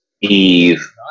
Eve